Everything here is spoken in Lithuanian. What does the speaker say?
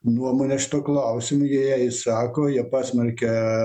nuomonę šituo klausimu jie ją išsako jie pasmerkia